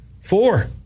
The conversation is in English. Four